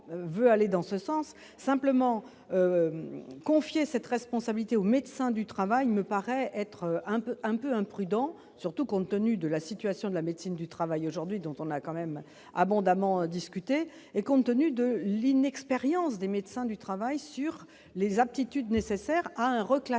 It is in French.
simplement confié cette responsabilité aux médecins du travail, me paraît être un peu un peu imprudent, surtout compte tenu de la situation de la médecine du travail aujourd'hui, dont on a quand même abondamment discuté et compte tenu de l'inexpérience des médecins du travail sur les aptitudes nécessaires à un reclassements,